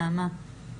נעמה.